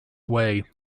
way